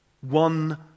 One